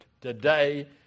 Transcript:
today